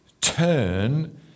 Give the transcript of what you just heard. turn